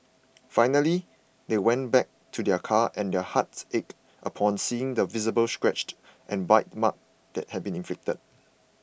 finally they went back to their car and their hearts ached upon seeing the visible scratches and bite marks that had been inflicted